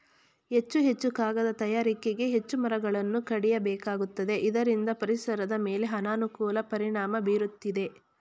ಹೆಚ್ಚು ಹೆಚ್ಚು ಕಾಗದ ತಯಾರಿಕೆಗೆ ಹೆಚ್ಚು ಮರಗಳನ್ನು ಕಡಿಯಬೇಕಾಗುತ್ತದೆ ಇದರಿಂದ ಪರಿಸರದ ಮೇಲೆ ಅನಾನುಕೂಲ ಪರಿಣಾಮ ಬೀರುತ್ತಿದೆ